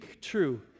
true